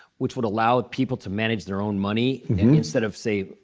which would allow people to manage their own money instead of, say,